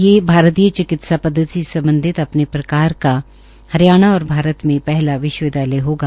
ये भारतीय चिकित्सा पदवति से सम्बधित अपने प्रकार का हरियाणा और भारत में पहला विश्वविद्यालय होगा